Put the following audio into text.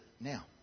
now